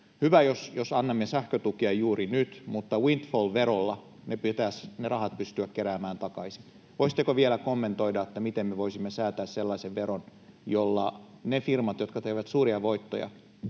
Hyvä, jos annamme sähkötukea juuri nyt, mutta windfall-verolla pitäisi ne rahat pystyä keräämään takaisin. Voisitteko vielä kommentoida, että miten me voisimme säätää sellaisen veron, jolla ne firmat, jotka tekevät suuria voittoja,